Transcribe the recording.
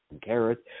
carrots